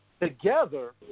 together